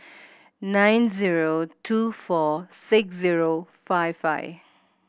nine zero two four six zero five five